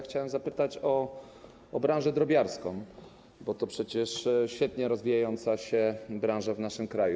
Chciałem zapytać o branżę drobiarską, bo to przecież świetnie rozwijająca się branża w naszym kraju.